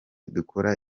dukora